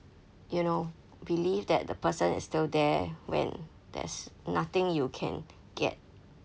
you know believe that the person is still there when there's nothing you can get